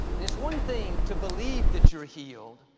it's one thing to believe that you're healed,